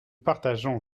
partageons